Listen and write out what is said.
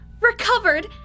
recovered